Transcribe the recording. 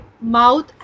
mouth